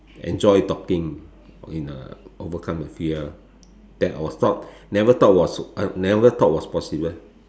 enjoy talking in uh overcome the fear then I was thought never thought was never thought was possible